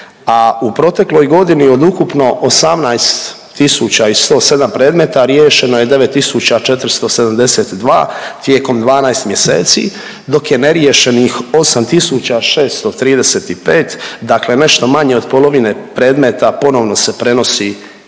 a u protekloj godini od ukupno 18 tisuća i 107 predmeta riješeno je 9 tisuća 472 tijekom 12 mjeseci, dok je neriješenih 8 tisuća 635, dakle nešto manje od polovine predmeta ponovno se prenosi